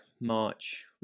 March